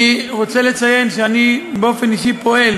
אני רוצה לציין שאני באופן אישי פועל